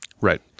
right